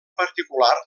particular